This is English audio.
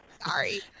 sorry